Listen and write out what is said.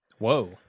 Whoa